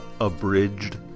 abridged